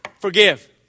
forgive